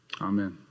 Amen